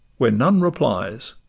where none replies